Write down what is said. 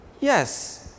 Yes